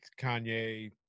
Kanye